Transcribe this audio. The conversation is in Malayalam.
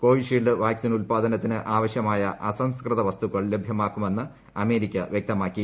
കോവിഷീൽഡ് വാക്സിൻ ഉല്പാദനത്തിന് ആവശ്യമായ അസംസ്കൃത വസ്തുക്കൾ ലഭ്യമാക്കുമെന്ന് അമേരിക്ക വ്യക്തമാക്കി